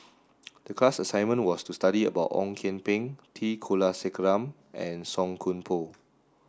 the class assignment was to study about Ong Kian Peng T Kulasekaram and Song Koon Poh